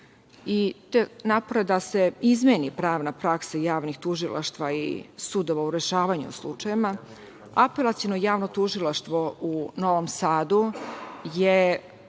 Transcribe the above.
i te napore da se izmeni pravna praksa javnih tužilaštva i sudova u rešavanju slučajeva, Apelaciono javno tužilaštvo u Novom Sadu je